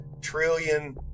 trillion